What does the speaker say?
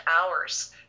hours